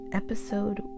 episode